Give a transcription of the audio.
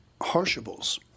harshables